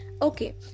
Okay